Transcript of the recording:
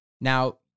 Now